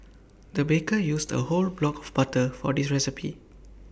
the baker used A whole block of butter for this recipe